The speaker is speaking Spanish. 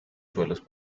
suelos